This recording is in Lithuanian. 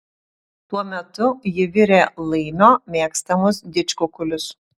tuo metu ji virė laimio mėgstamus didžkukulius